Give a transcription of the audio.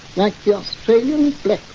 like the australian